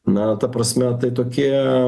na ta prasme tai tokie